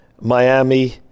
Miami